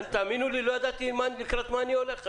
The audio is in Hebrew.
תאמינו לי, לא ידעתי לקראת מה אני הולך היום.